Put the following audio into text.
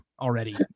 already